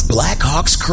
Blackhawks